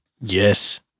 Yes